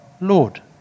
Lord